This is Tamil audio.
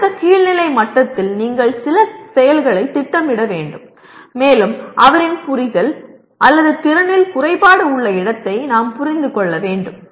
அடுத்த கீழ்நிலை மட்டத்தில் நீங்கள் சில செயல்களைத் திட்டமிட வேண்டும் மேலும் அவரின் புரிதல் அல்லது திறனில் குறைபாடு உள்ள இடத்தை நாம் புரிந்து கொள்ள வேண்டும்